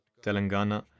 Telangana